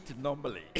normally